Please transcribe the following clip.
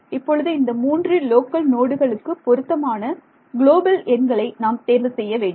இப்பொழுது இந்த மூன்று லோக்கல் நோடுகளுக்கு பொருத்தமான குளோபல் எண்களை நாம் தேர்வு செய்ய வேண்டும்